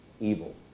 evil